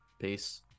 Peace